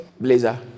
blazer